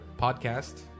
podcast